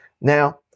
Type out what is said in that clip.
Now